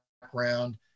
background